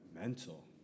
mental